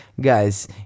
guys